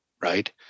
right